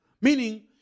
Meaning